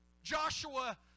Joshua